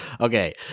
Okay